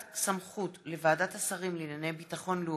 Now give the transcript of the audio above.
סמכות לוועדת השרים לענייני ביטחון לאומי),